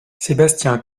sébastien